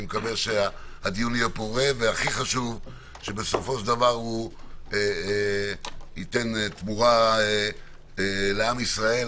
אני מקווה שהוא יהיה פורה ושבסופו של דבר הוא ייתן תמורה לעם ישראל,